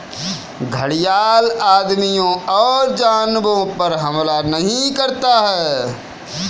घड़ियाल आदमियों और जानवरों पर हमला नहीं करता है